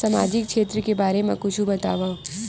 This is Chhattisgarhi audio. सामजिक क्षेत्र के बारे मा कुछु बतावव?